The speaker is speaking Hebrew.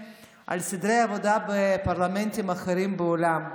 על סדרי עבודה בפרלמנטים אחרים בעולם.